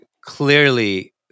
clearly